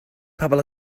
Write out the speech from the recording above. pobl